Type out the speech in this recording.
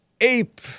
Ape